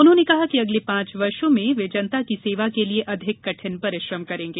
उन्होंने कहा कि अगले पांच वर्षों में वे जनता की सेवा के लिए अधिक कठिन परिश्रम करेंगे